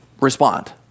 respond